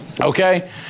okay